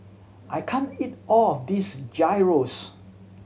I can't eat all of this Gyros